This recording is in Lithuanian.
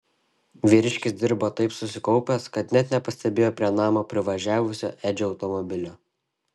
vyriškis dirbo taip susikaupęs kad net nepastebėjo prie namo privažiavusio edžio automobilio